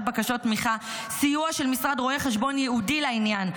בקשות תמיכה סיוע של משרד רואה חשבון ייעודי לעניין,